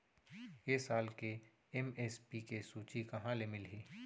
ए साल के एम.एस.पी के सूची कहाँ ले मिलही?